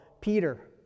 Peter